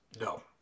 No